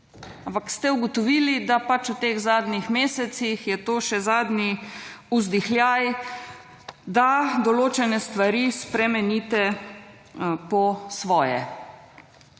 ampak ste ugotovili, da v teh zadnjih mesecih je to še zadnji vzdihljaj, da določene stvari spremenite po svoje.